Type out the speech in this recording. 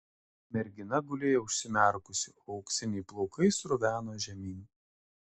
mergina gulėjo užsimerkusi o auksiniai plaukai sruveno žemyn